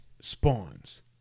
spawns